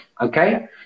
Okay